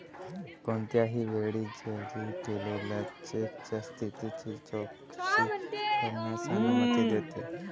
कोणत्याही वेळी जारी केलेल्या चेकच्या स्थितीची चौकशी करण्यास अनुमती देते